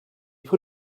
put